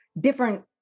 different